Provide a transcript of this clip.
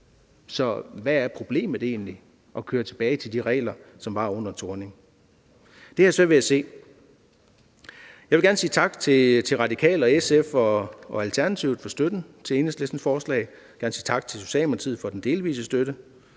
Så hvad er egentlig problemet med at gå tilbage til de regler, som var gældende under Helle Thorning-Schmidts regering? Det har jeg svært ved at se. Jeg vil gerne sige tak til De Radikale og SF og Alternativet for støtten til Enhedslistens forslag; jeg vil gerne sige tak til Socialdemokratiet for den delvise støtte;